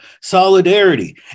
solidarity